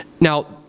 Now